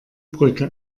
brücke